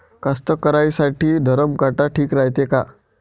कास्तकाराइसाठी धरम काटा ठीक रायते का?